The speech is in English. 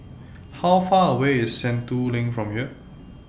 How Far away IS Sentul LINK from here